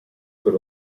per